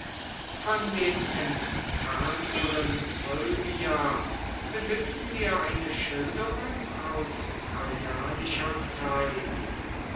von dem entfernteren olbia besitzen wir eine schilderung aus traianischer zeit